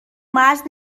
مرز